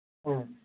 ꯑꯥ